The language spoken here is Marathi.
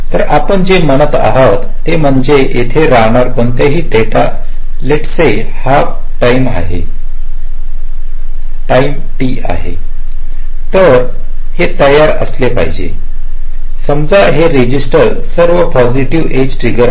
तर आपण जे म्हणत आहोत ते म्हणजे येथे राहणारा कोणताही डेटा लेटस से हा टाईम हा स्मॉल t आहे तर ते तयार असले पाहिजे समजा हे रजिस्टर हे सर्व पॉसिटीव्ह एज ट्रिगर आहेत